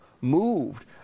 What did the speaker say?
Moved